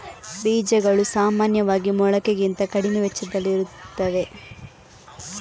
ಬೀಜಗಳು ಸಾಮಾನ್ಯವಾಗಿ ಮೊಳಕೆಗಿಂತ ಕಡಿಮೆ ವೆಚ್ಚದಲ್ಲಿರುತ್ತವೆ